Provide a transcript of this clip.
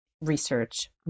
research